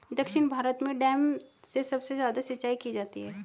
दक्षिण भारत में डैम से सबसे ज्यादा सिंचाई की जाती है